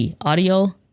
audio